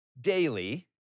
daily